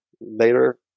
later